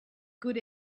good